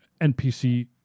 NPC